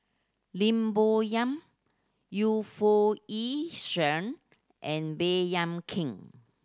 Lim Bo Yam Yu Foo Yee Shoon and Baey Yam Keng